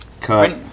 Cut